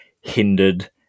hindered